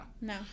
No